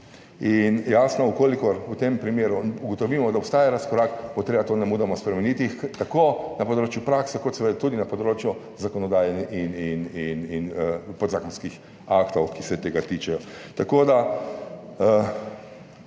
In jasno, če v tem primeru ugotovimo, da obstaja razkorak, bo treba to nemudoma spremeniti tako na področju prakse kot seveda tudi na področju zakonodaje in podzakonskih aktov, ki se tega tičejo. Tako da